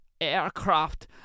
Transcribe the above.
aircraft